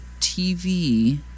TV